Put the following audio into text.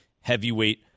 heavyweight